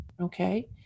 okay